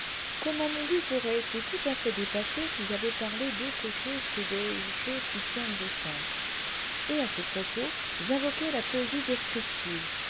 comment mon but aurait été tout à fait dépassé si j'avais parlé d'autre chose que des choses qui tiennent aux sens et à ce propos j'invoquai la poésie descriptive